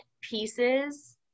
pieces